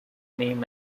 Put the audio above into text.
name